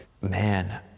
Man